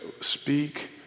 speak